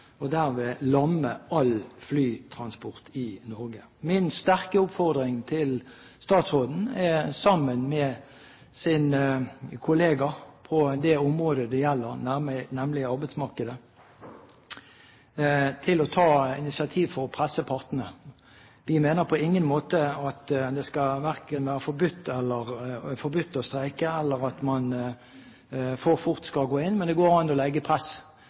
og derved lamme all flytransport i Norge. Min sterke oppfordring til statsråden er at hun, sammen med sin kollega på det området det gjelder, nemlig arbeidsmarkedet, tar initiativ for å presse partene. Vi mener på ingen måte at det skal være forbudt å streike, eller at man for fort skal gå inn. Men det går an å legge press,